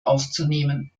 aufzunehmen